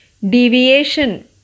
Deviation